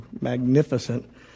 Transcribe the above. magnificent